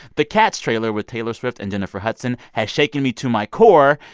the cats trailer, with taylor swift and jennifer hudson, has shaken me to my core,